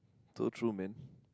so true man